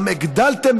גם הגדלתם,